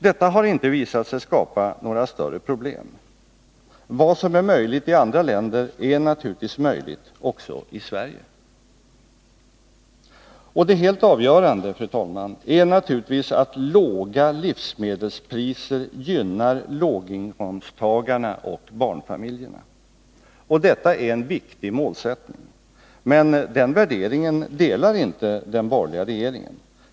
Detta har inte visat sig skapa några större problem. Vad som är möjligt i andra länder är naturligtvis möjligt också i Sverige. Det helt avgörande, fru talman, är naturligtvis att låga livsmedelspriser gynnar låginkomsttagarna och barnfamiljerna. Detta är en viktig målsättning. Men den värderingen delar inte den borgerliga regeringen.